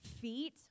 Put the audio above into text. feet